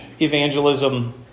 evangelism